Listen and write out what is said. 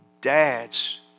Dads